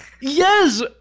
Yes